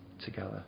together